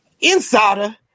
Insider